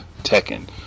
Tekken